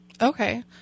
Okay